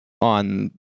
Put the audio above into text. on